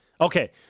Okay